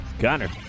Connor